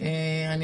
אני